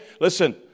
listen